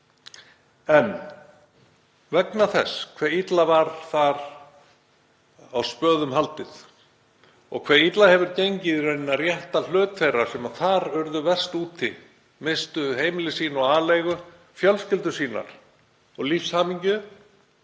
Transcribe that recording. En vegna þess hve illa var þar á spöðum haldið og hve illa hefur gengið að rétta hlut þeirra sem þar urðu verst úti, misstu heimili sín og aleigu, fjölskyldur sínar og lífshamingju,